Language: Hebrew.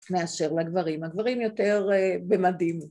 מאשר לגברים. הגברים יותר במדים.